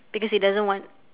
because he doesn't want